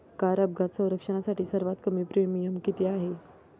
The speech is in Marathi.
कार अपघात संरक्षणासाठी सर्वात कमी प्रीमियम किती आहे?